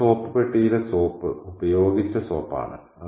ആ സോപ്പ് പെട്ടിയിലെ സോപ്പ് ഉപയോഗിച്ച സോപ്പ് ആണ്